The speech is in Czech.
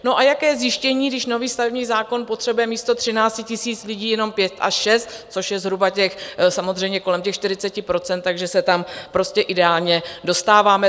No, a jaké zjištění, když nový stavební zákon potřebuje místo 13 000 lidí jenom 5 až 6 000, což je zhruba samozřejmě kolem těch 40 %, takže se tam prostě ideálně dostáváme.